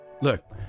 look